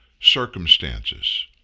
circumstances